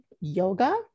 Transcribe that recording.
yoga